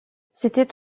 c’était